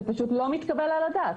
זה פשוט לא מתקבל על הדעת.